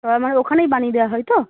ও মানে ওখানেই বানিয়ে দেওয়া হয় তো